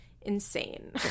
insane